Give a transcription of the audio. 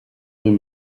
rue